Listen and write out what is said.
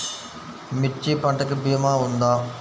మిర్చి పంటకి భీమా ఉందా?